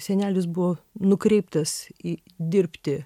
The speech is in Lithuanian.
senelis buvo nukreiptas į dirbti